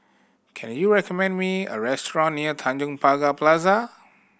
can you recommend me a restaurant near Tanjong Pagar Plaza